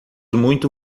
muito